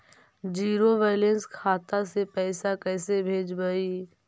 Zero balance खाता से पैसा कैसे भेजबइ?